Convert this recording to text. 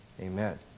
amen